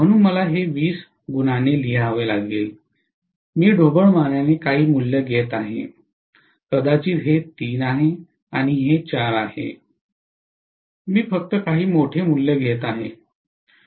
म्हणून मला हे २० गुणाने लिहावे लागेल मी ढोबळमानाने काही मूल्य घेत आहे कदाचित हे 3 आहे आणि हे 4 आहे मी फक्त काही मोठे मूल्य घेत आहे